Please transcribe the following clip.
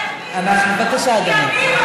בבקשה, אדוני.